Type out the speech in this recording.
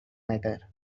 matter